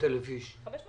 הבית